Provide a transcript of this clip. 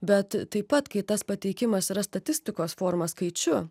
bet taip pat kai tas pateikimas yra statistikos forma skaičiu